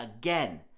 again